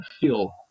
feel